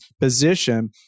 position